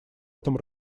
этом